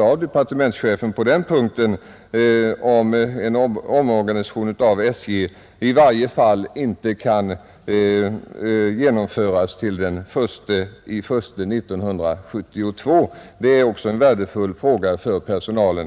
av departementschefen på den punkten — om en omorganisation av SJ i varje fall inte kan genomföras till den 1 januari 1972 — vore också värdefullt för personalen.